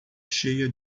cheia